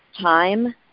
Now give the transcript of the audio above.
time